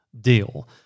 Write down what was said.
deal